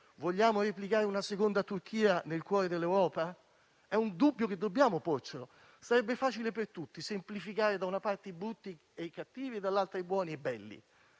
Vogliamo replicare una seconda Turchia nel cuore dell'Europa? È un dubbio che dobbiamo porci. Sarebbe facile per tutti semplificare: da una parte, i brutti e cattivi e, dall'altra, i buoni e belli.